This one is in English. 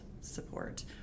support